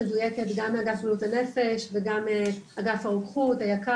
ומדוייקת גם מאגף בריאות הנפש וגם מאגף הרוקחות היקר,